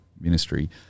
ministry